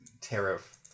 tariff